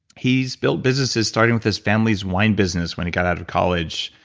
he's built businesses starting with his family's wine business when he got out of college.